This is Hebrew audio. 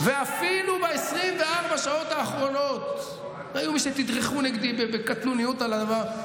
ואפילו ב-24 השעות האחרונות היו מי שתדרכו נגדי בקטנוניות עלובה.